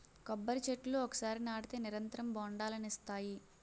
కొబ్బరి చెట్లు ఒకసారి నాటితే నిరంతరం బొండాలనిస్తాయి